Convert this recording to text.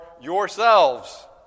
yourselves